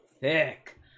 thick